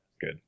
Good